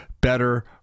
better